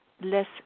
less